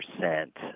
percent